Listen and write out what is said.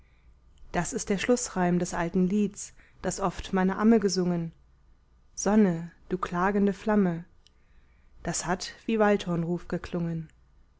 das ist der schlußreim des alten lieds das oft meine amme gesungen sonne du klagende flamme das hat wie waldhornruf geklungen